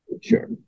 sure